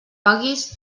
paguis